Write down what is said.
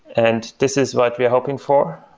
and this is what we are hoping for,